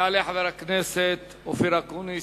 יעלה חבר הכנסת אופיר אקוניס,